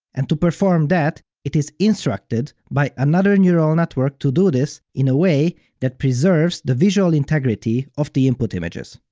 and to perform that, it is instructed by another neural network to do this in a way that preserves the visual integrity of the input images.